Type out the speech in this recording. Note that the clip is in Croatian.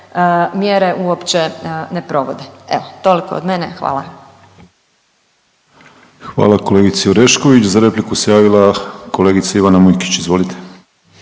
mjere uopće ne provode. Evo toliko od mene, hvala. **Penava, Ivan (DP)** Hvala kolegici Orešković. Za repliku se javila kolegica Ivana Mujkić. Izvolite.